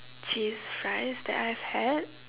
cheese fries that I've had